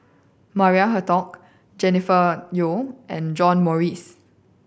Maria Hertogh Jennifer Yeo and John Morrice